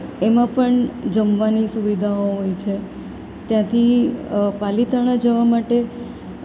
એમાં પણ જમવાની સુવિધાઓ હોય છે ત્યાંથી પાલિતાણા જવા માટે